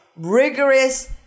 rigorous